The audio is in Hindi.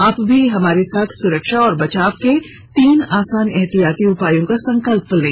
आप भी हमारे साथ सुरक्षा और बचाव के तीन आसान एहतियाती उपायों का संकल्प लें